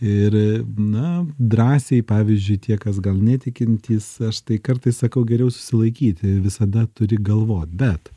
ir na drąsiai pavyzdžiui tie kas gal netikintys aš tai kartais sakau geriau susilaikyti visada turi galvo bet